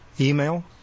email